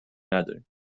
نداریم